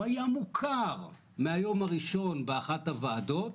היה מוכר מהיום הראשון באחת הוועדות,